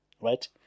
right